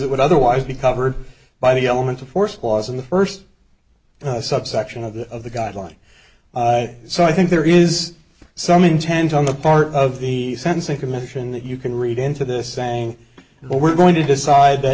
it would otherwise be covered by the element of force was in the first subsection of the of the guidelines so i think there is some intent on the part of the sentencing commission that you can read into this saying well we're going to decide that